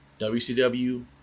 WCW